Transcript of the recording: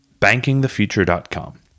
bankingthefuture.com